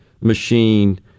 machine